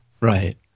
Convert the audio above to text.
Right